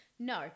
No